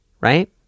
Right